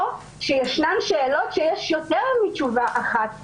או שישנן שאלות שבהן יש יותר מתשובה אחת נכונה.